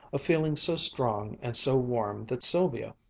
a feeling so strong and so warm that sylvia,